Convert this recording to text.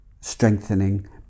strengthening